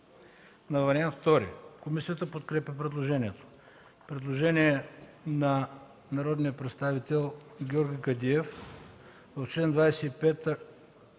на Вариант ІІ. Комисията подкрепя предложението. Предложение от народния представител Георги Кадиев – в чл. 25